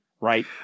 right